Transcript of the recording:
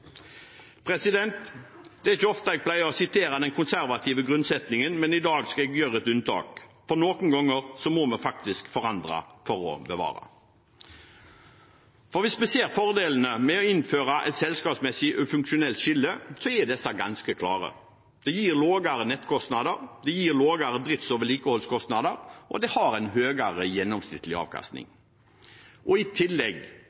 Det er ikke ofte jeg pleier å sitere den konservative grunnsetningen, men i dag skal jeg gjøre et unntak, for noen ganger må vi faktisk forandre for å bevare. Hvis vi ser fordelene med å innføre et selskapsmessig og funksjonelt skille, er disse ganske klare. Det gir lavere nettkostnader, det gir lavere drifts- og vedlikeholdskostnader, og det har en høyere gjennomsnittlig avkastning. I tillegg